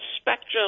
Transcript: spectrum